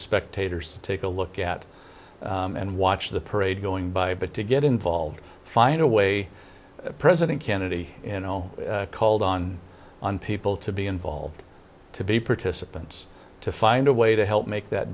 spectators to take a look at and watch the parade going by but to get involved find a way president kennedy in all called on on people to be involved to be participants to find a way to help make that